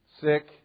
sick